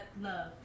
love